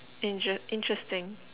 interest~ interesting